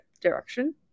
direction